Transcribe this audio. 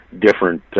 different